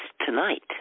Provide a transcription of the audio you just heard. tonight